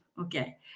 Okay